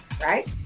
right